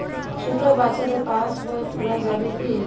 ছোট বাচ্চাদের পাশবই খোলা যাবে কি?